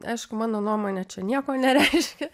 aišku mano nuomone čia nieko nereiškia